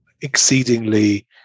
exceedingly